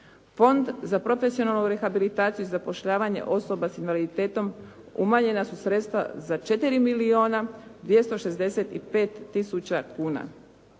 Fond za profesionalnu rehabilitaciju i zapošljavanje osoba s invaliditetom umanjena su sredstva za 4 milijuna 265 tisuća kuna.